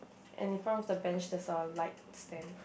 and in front of the bench there's a light stand